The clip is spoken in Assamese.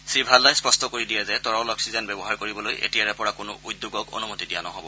শ্ৰীভাল্লাই স্পষ্ট কৰি দিয়ে যে তৰল অক্সিজেন ব্যৱহাৰ কৰিবলৈ এতিয়াৰে পৰা কোনো উদ্যোগক অনুমতি দিয়া নহ'ব